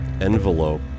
envelope